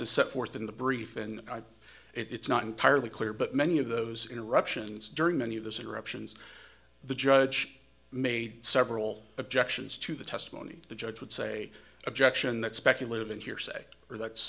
a set forth in the brief in it's not entirely clear but many of those interruptions during many of those interruptions the judge made several objections to the testimony the judge would say objection that speculative and hearsay are that's